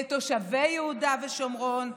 לתושבי יהודה ושומרון,